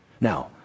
Now